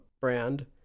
brand